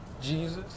Jesus